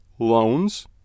loans